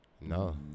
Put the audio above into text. No